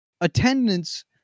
attendance